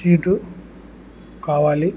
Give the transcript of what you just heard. seat కావాలి